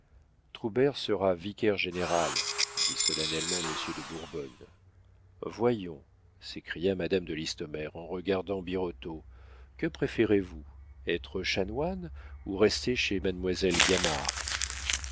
sera vicaire-général dit solennellement monsieur de bourbonne voyons s'écria madame de listomère en regardant birotteau que préférez-vous être chanoine ou rester chez mademoiselle